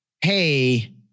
hey